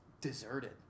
deserted